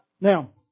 Now